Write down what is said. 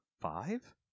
five